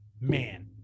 man